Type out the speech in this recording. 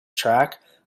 track